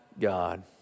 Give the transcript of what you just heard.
God